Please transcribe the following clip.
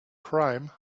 crime